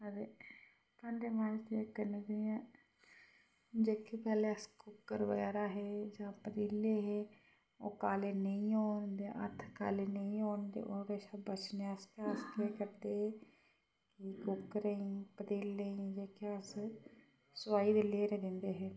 अदे भांडे मांजदे इक इ'यां जेह्के पैह्ले अस कुक्कर बगैरा हे जां पतीले हे ओह् काले नेईं होन ते हत्थ काले नेईं होन ते ओह्दे कशा बचने आस्तै अस केह् करदे हे कि कुक्करें ई पतीलें ई जेह्के अस सोआई दे लेरे दिंदे हे